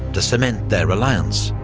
to cement their alliance.